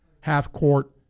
half-court